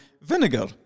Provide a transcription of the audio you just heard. VINEGAR